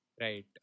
right